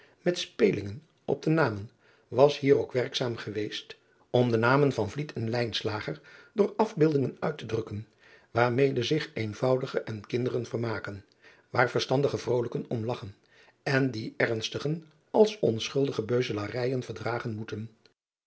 met spelingen op de namen was hier ook werkzaam geweest om de namen en door afbeeldingen uit te drukken waarmede zich eenvoudigen en kinderen vermaken waar verstandige vrolijken om lagchen en die ernstigen als onschuldige beuzelarijen verdragen moeten